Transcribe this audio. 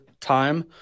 time